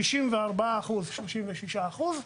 64% ו-36%.